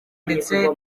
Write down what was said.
ndetse